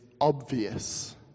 obvious